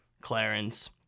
Clarence